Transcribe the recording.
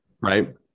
right